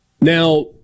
Now